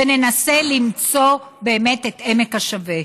וננסה למצוא באמת את עמק השווה?